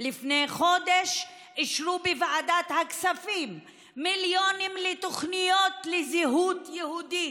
אבל לפני חודש אישרו בוועדת הכספים מיליונים לתוכניות לזהות יהודית.